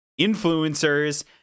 influencers